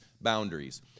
boundaries